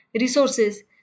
resources